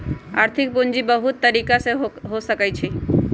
आर्थिक पूजी बहुत तरिका के हो सकइ छइ